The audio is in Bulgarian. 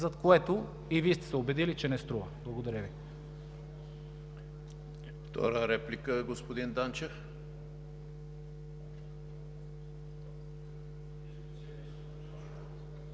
за което и Вие сте се убедили, че не струва. Благодаря Ви.